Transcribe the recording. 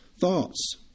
thoughts